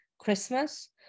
Christmas